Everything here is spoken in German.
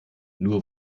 nur